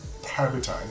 privatized